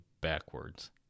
backwards